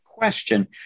question